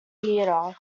theatre